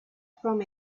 from